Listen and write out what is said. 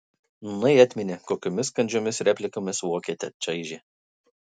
nūnai atminė kokiomis kandžiomis replikomis vokietę čaižė